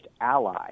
ally